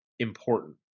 important